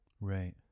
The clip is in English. Right